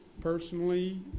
personally